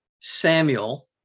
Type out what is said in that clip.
Samuel